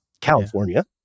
California